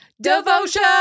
devotion